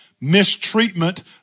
mistreatment